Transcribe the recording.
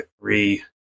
three